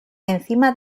encima